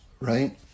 right